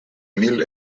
mil